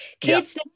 Kids